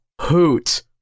hoot